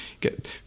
get